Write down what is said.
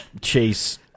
chase